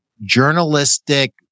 journalistic